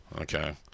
Okay